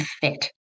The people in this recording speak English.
fit